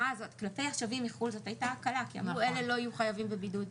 כלפי השבים מחו"ל זאת הייתה הקלה כי אמרו שאלה לא יהיו חייבים בבידוד,